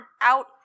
out